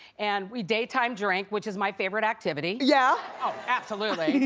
and we daytime drink, which is my favorite activity, yeah absolutely,